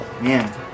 Man